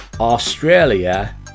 Australia